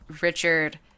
Richard